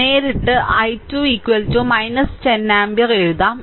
നേരിട്ട് I2 10 ampere എഴുതാം